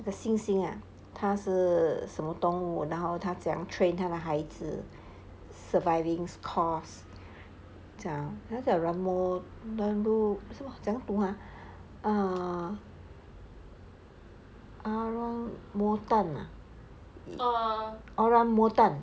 the 猩猩啊他是什么动物然后他怎样 train 他的孩子 surviving course 讲很像讲 ramu~ 什么好像怎样读啊 err arong mu tan ah err orangutan